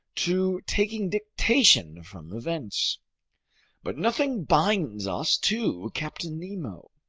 to taking dictation from events but nothing binds us to captain nemo.